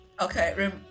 Okay